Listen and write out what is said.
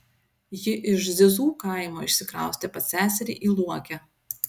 ji iš zizų kaimo išsikraustė pas seserį į luokę